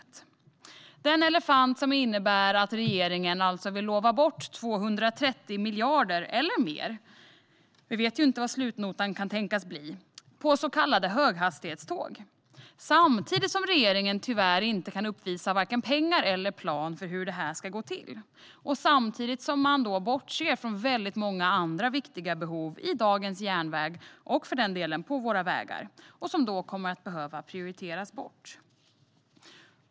Det är den elefant som innebär att regeringen vill lova bort 230 miljarder eller mer - vi vet ju inte vad slutnotan kan tänkas bli - på så kallade höghastighetståg samtidigt som regeringen varken kan uppvisa pengar eller plan för hur det här ska gå till och samtidigt som man bortser från många andra viktiga behov i dagens järnväg och för den delen på våra vägar och som då kommer att behöva prioriteras bort.